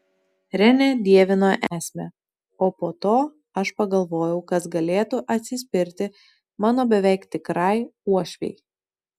renė dievino esmę o po to aš pagalvojau kas galėtų atsispirti mano beveik tikrai uošvei